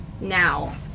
now